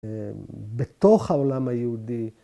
‫בתוך העולם היהודי.